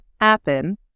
happen